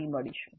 ફરી મળીશું